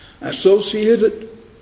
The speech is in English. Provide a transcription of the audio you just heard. associated